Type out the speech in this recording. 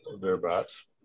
thereabouts